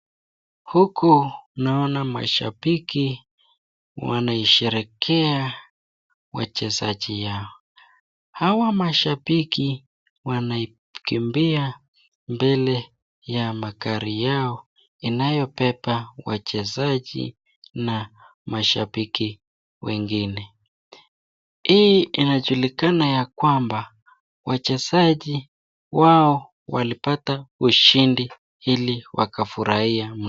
Huku naona mashabiki wanaisherehekea wachezaji yao. Hawa mashabiki wanakimbia mbele ya magari yao inayobeba wachezaji na mashabiki wengine. Hii inajulikana ya kwamba wachezaji wao walipata ushindi ili wakafurahia mno.